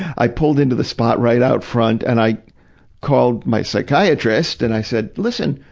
i pulled into the spot right out front, and i called my psychiatrist and i said, listen.